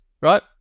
right